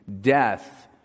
death